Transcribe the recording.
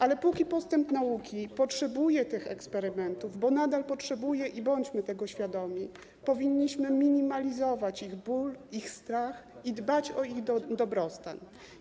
Ale póki postęp nauki potrzebuje tych eksperymentów - bo nadal potrzebuje i bądźmy tego świadomi - powinniśmy minimalizować ich ból, ich strach i dbać o ich dobrostan.